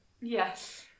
Yes